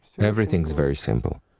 everything very simple.